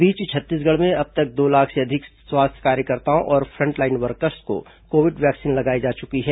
इस बीच छत्तीसगढ़ में अब तक दो लाख से अधिक स्वास्थ्य कार्यकर्ताओं और फ्रंटलाइन वर्कर्स को कोविड वैक्सीन लगाई जा चुकी है